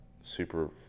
super